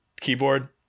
keyboard